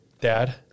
Dad